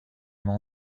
monde